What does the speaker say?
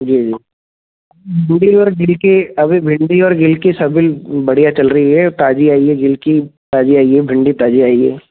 जी जी भिंडी और गिलकी अभी भिंडी और गिलकी सभी बढ़िया चल रही है ताज़ी आई है गिलकी ताज़ी आई है भिंडी ताज़ी आई है